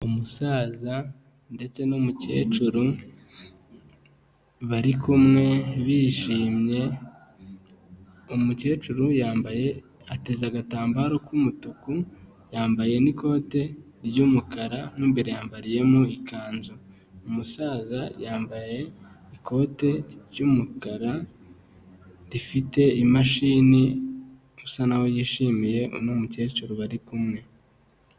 Umusaza ndetse n'umukecuru, bari kumwe bishimye, umukecuru yambaye, ateze agatambaro k'umutuku, yambaye n'ikote ry'umukara mw'imbere yambariyemo ikanzu, umusaza yambaye ikote ry'umukara rifite imashini, bisa n'aho yishimiye uno mukecuru bari kumwe.